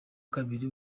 kabiri